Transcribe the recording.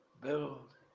build